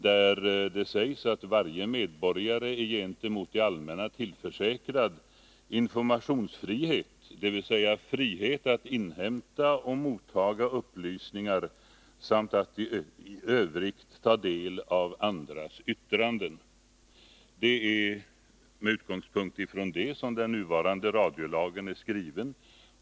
Där sägs det att varje medborgare ”är gentemot det allmänna tillförsäkrad ——— informationsfrihet: frihet att inhämta och mottaga upplysningar samt att i övrigt taga del av andras yttranden”. Det är med utgångspunkt i det som den nuvarande radiolagen är skriven.